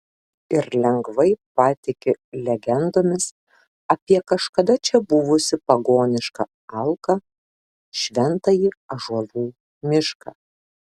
ir lengvai patiki legendomis apie kažkada čia buvusį pagonišką alką šventąjį ąžuolų mišką